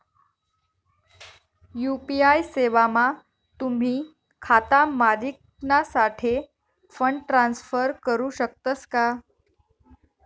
UPI सेवामा तुम्ही खाता मालिकनासाठे फंड ट्रान्सफर करू शकतस का